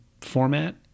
format